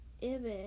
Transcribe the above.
eve